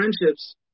friendships